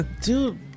Dude